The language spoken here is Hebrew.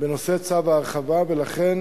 בנושא צו ההרחבה, ולכן